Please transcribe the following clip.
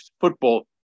football